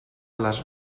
les